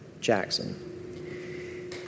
Jackson